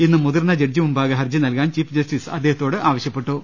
ഇന്ന് മുതിർന്ന ജഡ്ജി മുമ്പാകെ ഹർജി നൽകാൻ ചീഫ് ജസ്റ്റിസ് അദ്ദേഹത്തോട് ആവശ്യപ്പെട്ടു